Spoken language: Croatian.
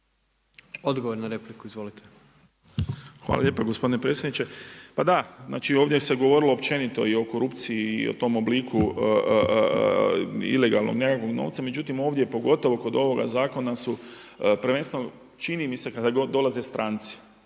**Lalovac, Boris (SDP)** Hvala lijepa gospodine predsjedniče. Pa da, znači ovdje se govorilo općenito i o korupciji i o tom obliku ilegalnog nekakvog novca. Međutim, ovdje pogotovo kod ovoga zakona su prvenstveno čini mi se kada god dolaze stranci,